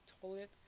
toilet